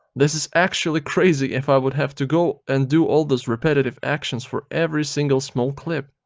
this is actually crazy if i would have to go and do all those repetetive actions for every single small clip.